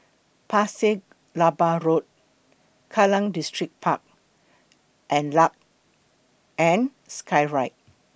Pasir Laba Road Kallang Distripark and Luge and Skyride